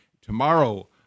Tomorrow